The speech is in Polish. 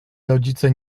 rodzice